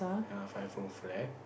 uh five room flat